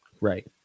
Right